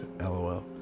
lol